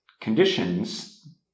conditions